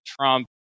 Trump